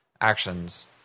actions